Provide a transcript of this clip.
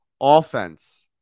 offense